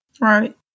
Right